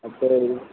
അപ്പോൾ ഈ